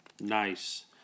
Nice